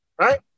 Right